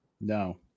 No